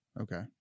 Okay